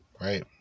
right